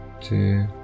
two